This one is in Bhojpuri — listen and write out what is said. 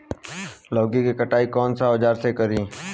लौकी के कटाई कौन सा औजार से करी?